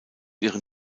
ihren